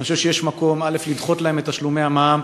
אני חושב שיש מקום לדחות להם את תשלומי המע"מ,